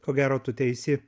ko gero tu teisi